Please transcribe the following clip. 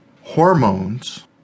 hormones